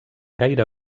gaire